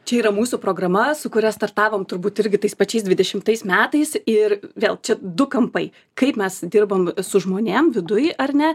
čia yra mūsų programa su kuria startavom turbūt irgi tais pačiais dvidešimtais metais ir vėl čia du kampai kaip mes dirbam su žmonėm viduj ar ne